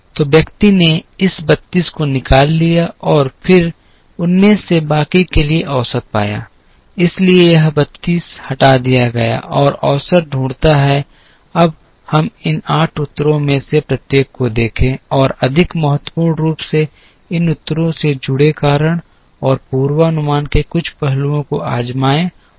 तो व्यक्ति ने इस 32 को निकाल लिया और फिर उनमें से बाकी के लिए औसत पाया इसलिए यह 32 हटा दिया गया है और औसत ढूंढता है अब हम इन 8 उत्तरों में से प्रत्येक को देखें और अधिक महत्वपूर्ण रूप से इन उत्तरों से जुड़े कारण और पूर्वानुमान के कुछ पहलुओं को आज़माएं और जानें